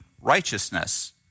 righteousness